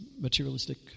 materialistic